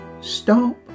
stop